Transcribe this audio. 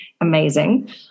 Amazing